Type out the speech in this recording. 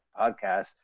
podcast